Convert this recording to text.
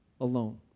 alone